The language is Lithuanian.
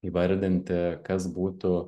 įvardinti kas būtų